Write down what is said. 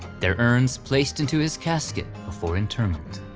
their urns placed into his casket before interment.